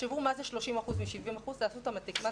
תחשבו מה זה 30% מתוך 70% - אם תעשו את המתמטיקה,